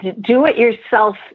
do-it-yourself